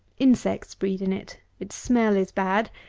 insects breed in it, its smell is bad,